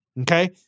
okay